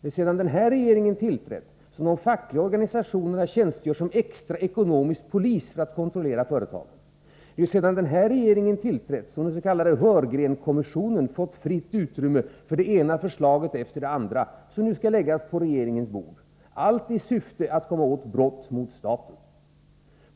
Det är sedan den här regeringen tillträtt som de fackliga organisationerna tjänstgör som extra ekonomisk polis för att kontrollera företagen. Det är sedan den här regeringen tillträtt som den s.k. Heurgren-kommissionen fått fritt utrymme för det ena förslaget efter det andra, som nu skall läggas på regeringens bord — allt i syfte att komma åt brott mot staten.